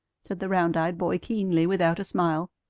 said the round-eyed boy keenly without a smile.